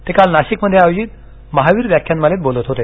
ते काल नाशिकमध्ये आयोजित महावीर व्याख्यानमालेत बोलत होते